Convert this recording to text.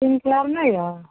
pink कलरमे यऽ